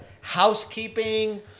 housekeeping